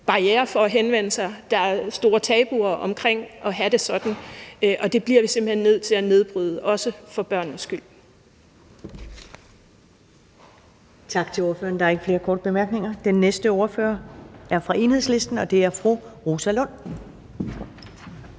barrierer for at henvende sig, at der er store tabuer omkring at have det sådan, og det bliver vi simpelt hen nødt til at nedbryde, også for børnenes skyld.